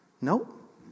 Nope